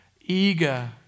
eager